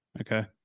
Okay